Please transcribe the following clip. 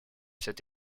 cette